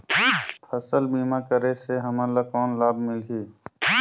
फसल बीमा करे से हमन ला कौन लाभ मिलही?